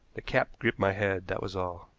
the cap gripped my head, that was all.